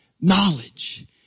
knowledge